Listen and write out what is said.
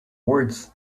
words